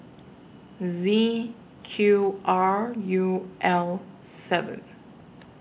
Z Q R U L seven